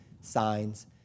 signs